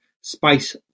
Space